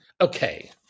Okay